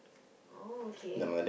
oh K